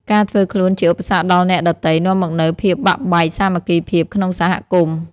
ការធ្វើខ្លួនជាឧបសគ្គដល់អ្នកដទៃ នាំមកនូវភាពបាក់បែកសាមគ្គីភាពក្នុងសហគមន៍។